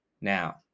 Now